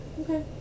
Okay